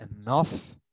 enough